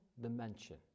dimension